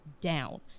down